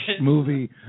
movie